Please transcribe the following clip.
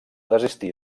desistir